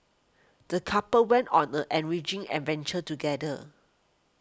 the couple went on the enriching adventure together